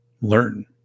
learn